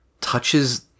touches